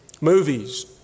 Movies